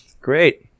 Great